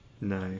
No